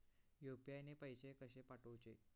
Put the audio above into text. UPI ने पैशे कशे पाठवूचे?